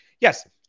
Yes